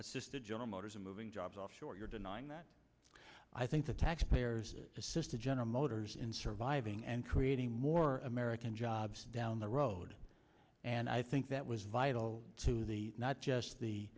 assisted general motors in moving jobs offshore you're denying that i think the taxpayer assisted general motors in surviving and creating more american jobs down the road and i think that was vital to the not just the